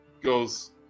goes